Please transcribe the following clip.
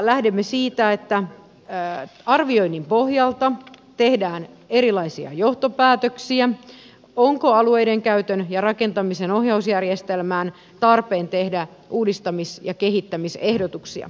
lähdemme siitä että arvioinnin pohjalta tehdään erilaisia johtopäätöksiä onko alueiden käytön ja rakentamisen ohjausjärjestelmään tarpeen tehdä uudistamis ja kehittämisehdotuksia